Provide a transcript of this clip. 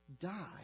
die